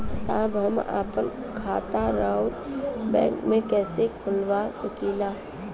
साहब हम आपन खाता राउर बैंक में कैसे खोलवा सकीला?